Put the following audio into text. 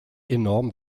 enorm